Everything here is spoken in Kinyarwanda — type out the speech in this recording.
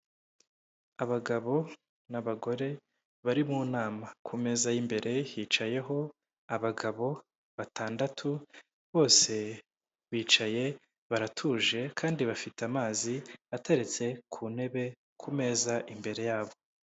Abagabo n'abagore bari mu nama ku meza y'imbere hicayeho abagabo batandatu bose bicaye baratuje kandi bafite amazi ateretse ku ntebe, ku meza imbere yabo.